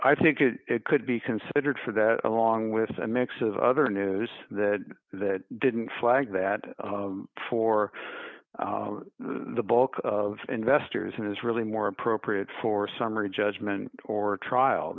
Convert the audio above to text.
i think it could be considered for that along with a mix of other news that that didn't flag that for the bulk of investors and is really more appropriate for summary judgment or trial